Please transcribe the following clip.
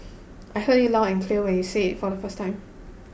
I heard you loud and clear when you said it for the first time